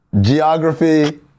geography